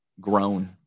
grown